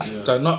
ya